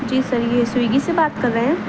جی sir یہ Swiggy سے بات کر رہے ہیں